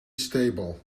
stable